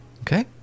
Okay